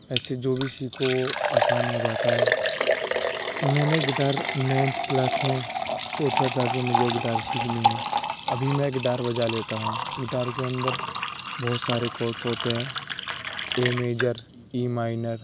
ایسے جو بھی سیکھو آسان ہو جاتا ہے میں نے گٹار نائنتھ کلاس میں سوچا تھا کہ مجھے گٹار سیکھنی ہے ابھی میں گٹار بجا لیتا ہوں گٹار کے اندر بہت سارے کوڈس ہوتے ہیں اے میجر ای مائینر